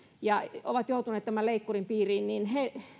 ja ovat joutuneet tämän leikkurin piiriin